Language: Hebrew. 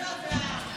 איזו הודעה?